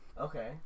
Okay